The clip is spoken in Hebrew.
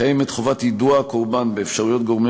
קיימת חובת יידוע של הקורבן באפשרויות של גורמי